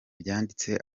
byanditse